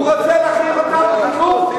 הוא רוצה להכריח אותם בחינוך,